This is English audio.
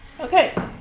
Okay